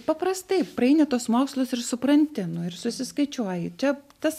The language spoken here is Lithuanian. paprastai praeini tuos mokslus ir supranti nu ir susiskaičiuoji čia tas